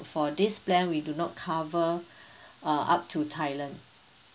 for this plan we do not cover uh up to thailand